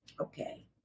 Okay